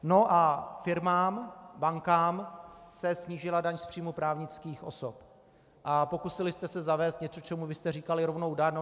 No a firmám, bankám se snížila daň z příjmu právnických osob a pokusili jste se zavést něco, čemu vy jste říkali rovná daň.